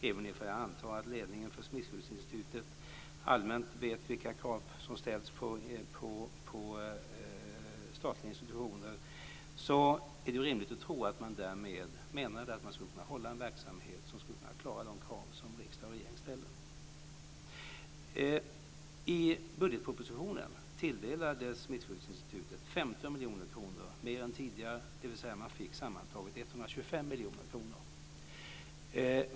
Även om jag antar att ledningen för Smittskyddsinstitutet allmänt vet vilka krav som ställs på statliga institutioner är det rimligt att tro att man menade att man skulle kunna hålla en verksamhet som kunde klara de krav som riksdag och regering ställer. I budgetpropositionen tilldelades Smittskyddsinstitutet 15 miljoner kronor mer än tidigare. Sammantaget fick man alltså 125 miljoner kronor.